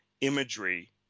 imagery